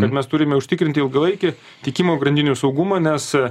kad mes turime užtikrinti ilgalaikį tiekimo grandinių saugumą nes